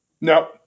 No